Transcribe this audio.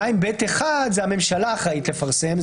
2ב(1) זו הממשלה אחראית לפרסם,